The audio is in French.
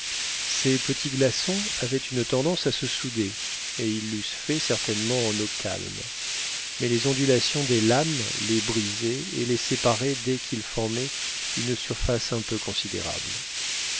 ces petits glaçons avaient une tendance à se souder et ils l'eussent fait certainement en eau calme mais les ondulations des lames les brisaient et les séparaient dès qu'ils formaient une surface un peu considérable